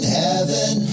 heaven